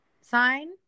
sign